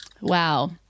wow